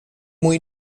muy